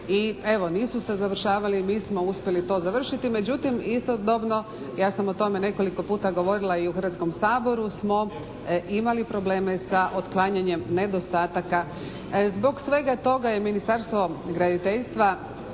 nisu se završavali. Mi smo uspjeli to završiti, međutim istodobno ja sam o tome nekoliko puta govorila i u Hrvatskom saboru smo imali probleme sa otklanjanjem nedostataka. Zbog svega toga je Ministarstvo graditeljstva